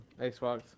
Xbox